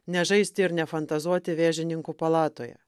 nežaisti ir nefantazuoti vėžininkų palatoje